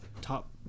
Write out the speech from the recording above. top